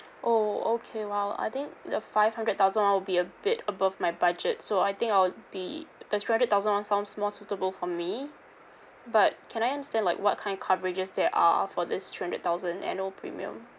oh okay !wow! I think the five hundred thousand [one] will be a bit above my budget so I think I would be the three hundred thousand [one] sounds more suitable for me but can I understand like what kind of coverages there are for this three hundred thousand annual premium